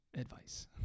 advice